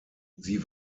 sie